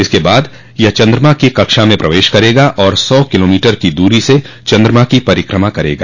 इसके बाद यह चंद्रमा की कक्षा में प्रवेश करेगा और सौ किलोमीटर की दूरी से चंद्रमा की परिक्रमा करेगा